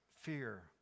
fear